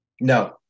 No